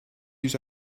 use